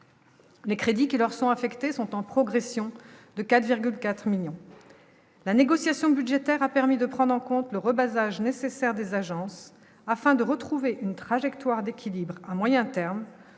les crédits qui leur sont affectées sont en progression de 4,4 millions la négociation budgétaire a permis de prendre en compte le repassage nécessaire des agences afin de retrouver une trajectoire d'équilibre à moyen terme,